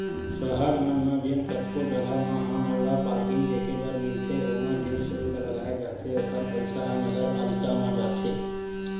सहर मन म जेन कतको जघा म हमन ल पारकिंग देखे बर मिलथे ओमा जेन सुल्क लगाए जाथे ओखर पइसा ह नगरपालिका म जाथे